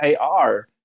AR